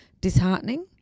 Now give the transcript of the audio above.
disheartening